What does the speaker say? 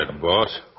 boss